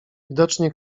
widocznie